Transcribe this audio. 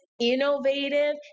innovative